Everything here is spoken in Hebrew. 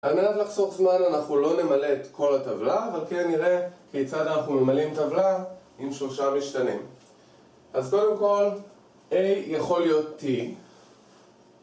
אני אוהב לחסוך זמן, אנחנו לא נמלא את כל הטבלה, אבל כן נראה כיצד אנחנו ממלאים טבלה עם שלושה משתנים אז קודם כל, A יכול להיות T